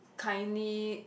kindly